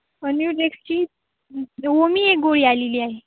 ओमी एक गोळी आलेली आहे